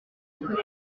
collègue